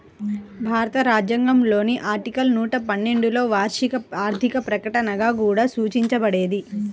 భారత రాజ్యాంగంలోని ఆర్టికల్ నూట పన్నెండులోవార్షిక ఆర్థిక ప్రకటనగా కూడా సూచించబడేది